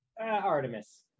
Artemis